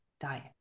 diet